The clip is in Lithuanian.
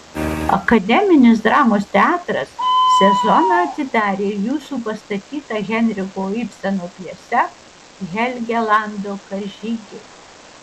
akademinis dramos teatras sezoną atidarė jūsų pastatyta henriko ibseno pjese helgelando karžygiai